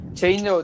change